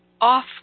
off